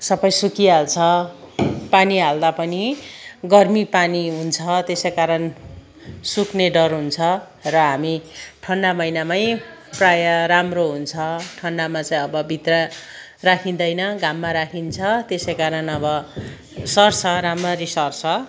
सबै सुकिहाल्छ पानी हाल्दा पनि गर्मी पानी हुन्छ त्यसै कारण सुक्ने डर हुन्छ र हामी ठन्डा महिनामै प्राय राम्रो हुन्छ ठन्डामा चाहिँ अब भित्र राखिँदैन घाममा राखिन्छ त्यसै कारण अब सर्छ राम्ररी सर्छ